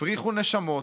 הפריחו נשמות,